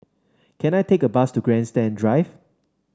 can I take a bus to Grandstand Drive